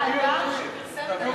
אני הלכתי לאדם שפרסם את הנתון הזה.